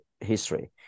history